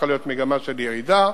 צריכה להיות מגמה של ירידה.